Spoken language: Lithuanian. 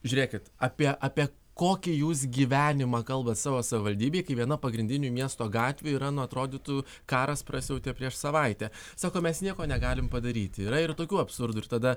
žiūrėkit apie apie kokį jūs gyvenimą kalbat savo savivaldybėj kai viena pagrindinių miesto gatvių yra nu atrodytų karas prasiautė prieš savaitę sako mes nieko negalim padaryti yra ir tokių absurdų ir tada